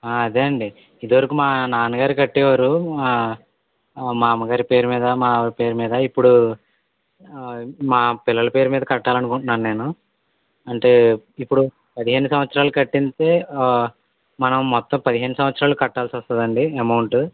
ఆ అదే అండి ఇదివరకు మా నాన్నగారు కట్టేవారు ఆ మా అమ్మగారి పేరు మీద మా ఆవిడ పేరు మీద ఇప్పుడు మా పిల్లల పేరు మీద కట్టాలనుకుంటున్నాను నేను అంటే ఇప్పుడు పదిహేను సంవత్సరాలు కట్టిస్తే ఆ మనం మొత్తం పదిహేను సంవత్సరాలు కట్టాల్సి వస్తుందా అండి అమౌంట్